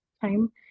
time